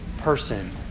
person